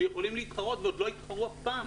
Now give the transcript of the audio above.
שיכולים להתחרות ועוד לא התחרו אף פעם